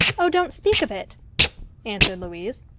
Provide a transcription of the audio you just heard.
oh, don't speak of it answered louise.